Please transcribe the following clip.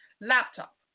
laptop